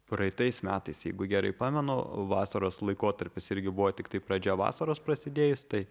praeitais metais jeigu gerai pamenu vasaros laikotarpis irgi buvo tiktai pradžia vasaros prasidėjus tai